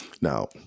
Now